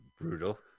brutal